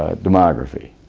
demography.